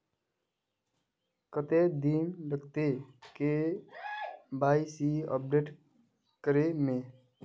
कते दिन लगते के.वाई.सी अपडेट करे में?